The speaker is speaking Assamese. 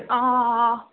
অঁ অঁ